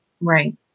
Right